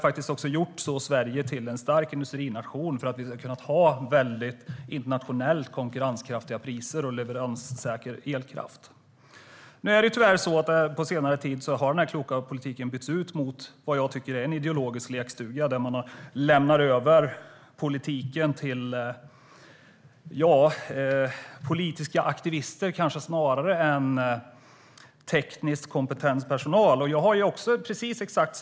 Detta har gjort Sverige till en stark industrination, eftersom vi har kunnat ha internationellt sett väldigt konkurrenskraftiga priser och leveranssäker elkraft. Nu har den här kloka politiken på senare tid tyvärr bytts ut mot vad jag tycker är en ideologisk lekstuga, där man lämnar över politiken till politiska aktivister snarare än till tekniskt kompetent personal.